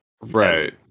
right